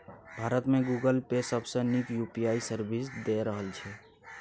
भारत मे Google Pay सबसँ नीक यु.पी.आइ सर्विस दए रहल छै